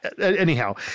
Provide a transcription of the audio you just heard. anyhow